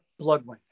Bloodwing